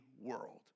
world